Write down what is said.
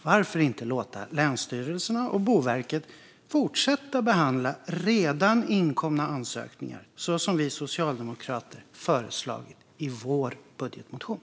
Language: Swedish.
Varför inte låta länsstyrelserna och Boverket fortsätta att behandla redan inkomna ansökningar, så som vi socialdemokrater har föreslagit i vår budgetmotion?